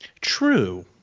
True